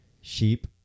sheep